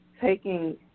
taking